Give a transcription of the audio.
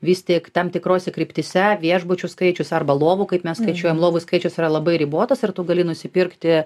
vis tik tam tikrose kryptyse viešbučių skaičius arba lovų kaip mes skaičiuojam lovų skaičius yra labai ribotas ir tu gali nusipirkti